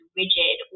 rigid